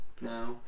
no